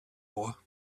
war